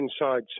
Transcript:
inside